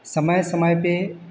समय समय पर